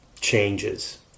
changes